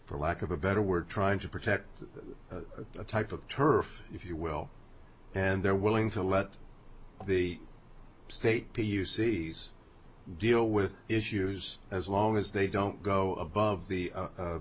for lack of a better we're trying to protect a type of turf if you will and they're willing to let the state p u c these deal with issues as long as they don't go above the